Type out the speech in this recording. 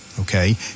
Okay